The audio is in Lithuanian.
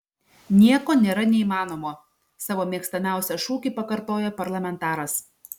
nieko nėra neįmanomo savo mėgstamiausią šūkį pakartojo parlamentaras